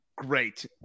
Great